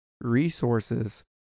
resources